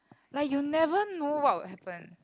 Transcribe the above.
like you never know what will happen